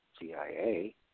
CIA